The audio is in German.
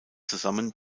zusammen